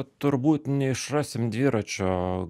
turbūt neišrasim dviračio